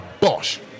Bosh